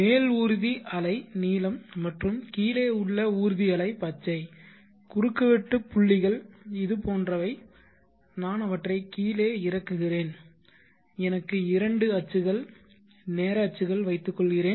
மேல் ஊர்தி அலை நீலம் மற்றும் கீழே உள்ள ஊர்தி அலை பச்சை குறுக்குவெட்டு புள்ளிகள் இது போன்றவை நான் அவற்றைக் கீழே இறக்குகிறேன் எனக்கு இரண்டு அச்சுகள் நேர அச்சுகள் வைத்துக்கொள்கிறேன்